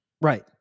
Right